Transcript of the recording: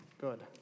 Good